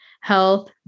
Health